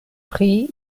pri